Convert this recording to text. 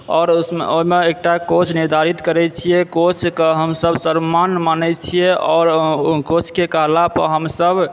आओर उसमे ओहिमे एकटा कोच निर्धारित करैत छियै कोचकऽ हमसभ सर्वमान्य मानैत छियै आओर कोचकऽ कहलापर हमसभ